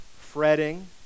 fretting